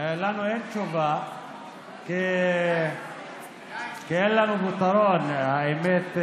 לנו אין תשובה, כי אין לנו פתרון, האמת,